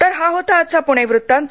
तर हा होता आजचा पुणे वृत्तांत